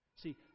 See